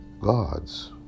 gods